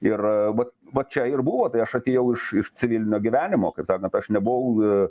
ir vat va čia ir buvo tai aš atėjau iš iš civilinio gyvenimo kaip sakant aš nebuvau